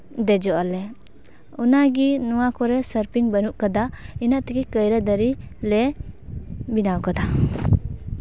ᱫᱮᱡᱚᱜ ᱟᱞᱮ ᱚᱱᱟᱜᱮ ᱱᱚᱣᱟ ᱠᱚᱨᱮᱜ ᱥᱟᱨᱯᱤᱝ ᱵᱟᱹᱱᱩᱜ ᱠᱟᱫᱟ ᱤᱱᱟᱹ ᱛᱮᱜᱮ ᱠᱟᱭᱨᱟ ᱫᱟᱨᱮ ᱞᱮ ᱵᱮᱱᱟᱣ ᱠᱟᱫᱟ